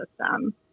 system